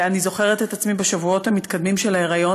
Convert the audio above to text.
ואני זוכרת את עצמי בשבועות המתקדמים של ההיריון